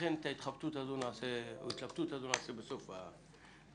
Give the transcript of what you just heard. לכן, נעשה את ההתלבטות הזו נעשה בסוף הדיון.